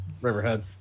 Riverhead